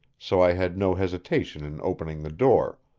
so i had no hesitation in opening the door,